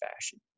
fashion